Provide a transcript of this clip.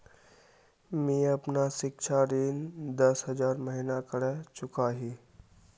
मी अपना सिक्षा ऋण दस हज़ार महिना करे चुकाही